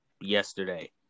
yesterday